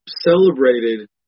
celebrated